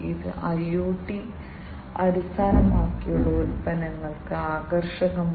ഇവയിൽ പലതും വ്യവസായങ്ങളിൽ വ്യത്യസ്ത ആവശ്യങ്ങൾക്കായി ഉപയോഗിക്കാം